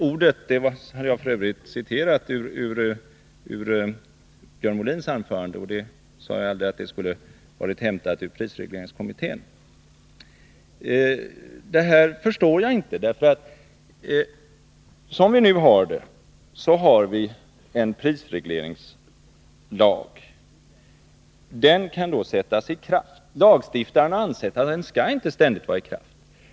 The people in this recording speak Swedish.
Ordet verkningslös citerade jag f. ö. ur Björn Molins anförande, och jag sade inte att det skulle ha varit hämtat ur prisregleringskommitténs betänkande. Jag förstår som sagt inte resonemanget, för vi har ju nu en prisregleringslag som kan sättas i kraft. Lagstiftaren har ansett att lagen inte ständigt skall vara i kraft.